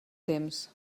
temps